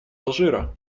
алжира